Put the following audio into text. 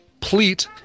pleat